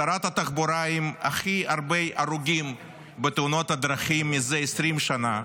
שרת התחבורה עם הכי הרבה הרוגים בתאונות הדרכים מזה 20 שנה,